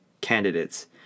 candidates